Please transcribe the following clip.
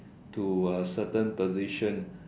to a certain position